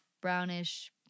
brownish